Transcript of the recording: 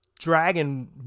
dragon